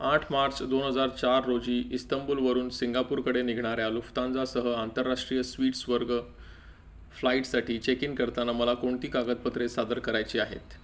आठ मार्च दोन हजार चार रोजी इस्तंबुलवरून सिंगापूरकडे निघणाऱ्या लुफ्तान्जा सह आंतरराष्ट्रीय स्वीट्स वर्ग फ्लाईटसाठी चेक इन करताना मला कोणती कागदपत्रे सादर करायची आहेत